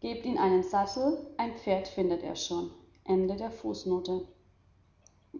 gebt ihm einen sattel ein pferd findet er schon